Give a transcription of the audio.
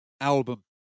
album